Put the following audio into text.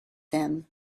them